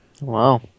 Wow